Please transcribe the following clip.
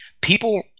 People –